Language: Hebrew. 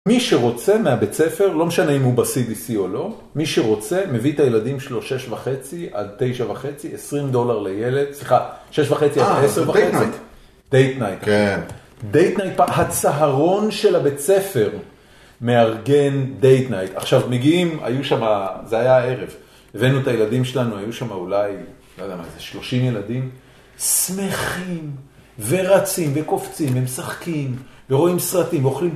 מי שרוצה מהבית ספר, לא משנה אם הוא ב-CDC או לא, מי שרוצה, מביא את הילדים שלו 6.5 עד 9.5, 20 דולר לילד, סליחה, 6.5 עד 10.5. אה, זה דייט-נייט. דייט-נייט. כן. דייט-נייט, הצהרון של הבית ספר, מארגן דייט-נייט. עכשיו, מגיעים, היו שם, זה היה הערב, הבאנו את הילדים שלנו, היו שם אולי, לא יודע מה, איזה 30 ילדים, שמחים, ורצים, וקופצים, הם משחקים, ורואים סרטים, ואוכלים